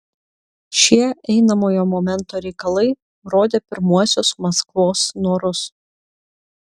šie einamojo momento reikalai rodė pirmuosius maskvos norus